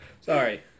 Sorry